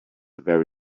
very